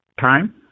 time